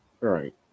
Right